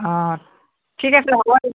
অঁ ঠিক আছে হ'ব